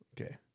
Okay